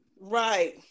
right